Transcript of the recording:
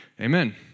amen